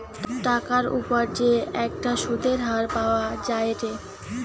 টাকার উপর যে একটা সুধের হার পাওয়া যায়েটে